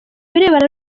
birebana